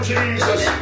Jesus